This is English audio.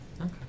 Okay